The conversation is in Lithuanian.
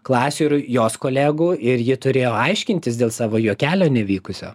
klasių ir jos kolegų ir ji turėjo aiškintis dėl savo juokelio nevykusio